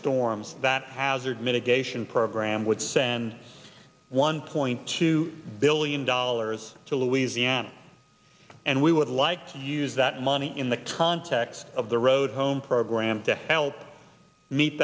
storms that hazard mitigation program would send one point two billion dollars to louisiana and we would like to use that money in the context of the road home program to help meet